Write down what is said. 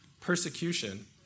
persecution